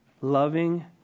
loving